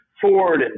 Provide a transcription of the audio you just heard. Ford